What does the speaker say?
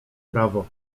prawo